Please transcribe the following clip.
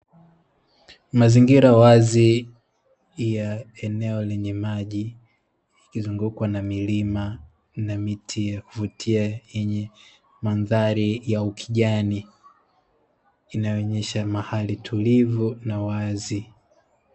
Mazingira wazi ya eneo lenye maji yakizungukwa na milima na miti ya kuvutia yenye mandhari ya ukijani inayo onyesha mahali tulivu na wazi.